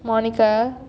monica